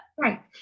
right